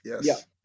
Yes